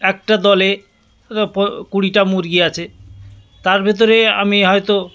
একটা দলে হয়তো কুড়িটা মুরগি আছে তার ভেতরে আমি হয়তো